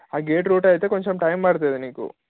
ఆ gate route అయితే కొంచెం టైం పడుతుంది నీకు